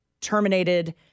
terminated